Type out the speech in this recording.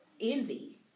envy